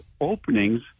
openings